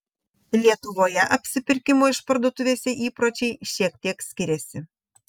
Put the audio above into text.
lietuvoje apsipirkimo išparduotuvėse įpročiai šiek tiek skiriasi